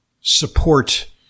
support